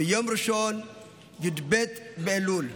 יום ראשון י"ב באלול.